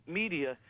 media